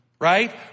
Right